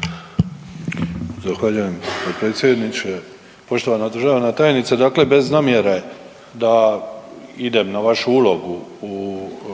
**Vidović, Franko (SDP)** Zahvaljujem potpredsjedniče. Poštovana državna tajnice, dakle bez namjere da idem na vašu ulogu u